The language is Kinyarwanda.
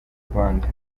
rwanda